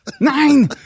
Nine